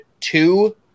two